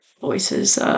voices